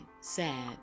sad